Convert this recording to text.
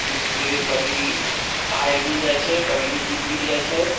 पुछतियै कभी भी हारि भी जाइ छै कभी भी जीत भी जाइ छै